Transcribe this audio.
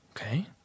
Okay